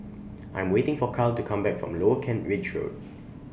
I Am waiting For Kyle to Come Back from Lower Kent Ridge Road